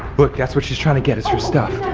look that's what she's trying to get, its her stuff.